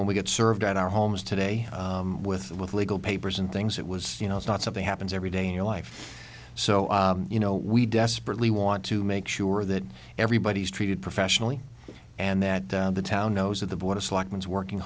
when we get served at our homes today with with legal papers and things it was you know it's not something happens every day in your life so you know we desperately want to make sure that everybody's treated professionally and that the town knows that the board of selectmen is working